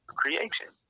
creation